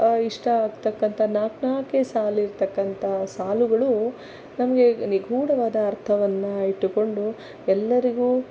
ಇಷ್ಟ ಆಗ್ತಕ್ಕಂಥ ನಾಲ್ಕು ನಾಲ್ಕೇ ಸಾಲು ಇರ್ತಕ್ಕಂತಹ ಸಾಲುಗಳು ನಮಗೆ ನಿಗೂಢವಾದ ಅರ್ಥವನ್ನು ಇಟ್ಟುಕೊಂಡು ಎಲ್ಲರಿಗೂ